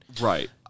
Right